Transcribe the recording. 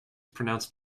pronounced